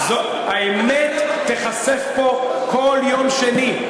האמת תיחשף פה כל יום שני.